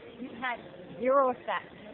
had zero effect.